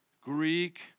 Greek